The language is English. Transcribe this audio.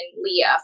Leah